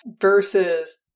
versus